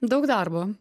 daug darbo